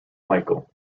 michael